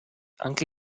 anche